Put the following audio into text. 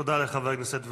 תודה לחבר הכנסת ואטורי,